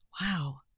Wow